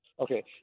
Okay